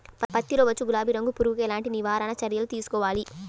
పత్తిలో వచ్చు గులాబీ రంగు పురుగుకి ఎలాంటి నివారణ చర్యలు తీసుకోవాలి?